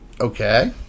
Okay